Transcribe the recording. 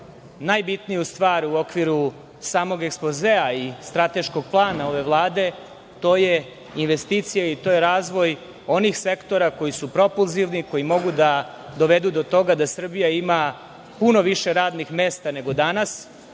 najbitniju stvar u okviru samog ekspozea i strateškog plana ove Vlade, to je investicija i to je razvoj onih sektora koji su propulzivni, koji mogu da dovedu do toga da Srbija ima puno više radnih mesta nego danas,